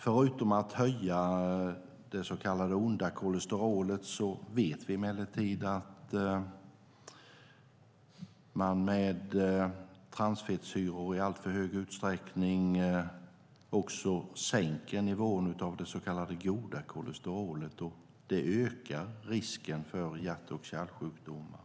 Förutom att man höjer nivån av så kallat ont kolesterol vet vi emellertid att man med alltför hög andel transfettsyror också sänker nivån av det så kallade goda kolesterolet, och det ökar risken för hjärt-kärlsjukdomar.